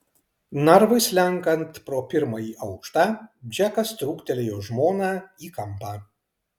narvui slenkant pro pirmąjį aukštą džekas trūktelėjo žmoną į kampą